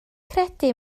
credu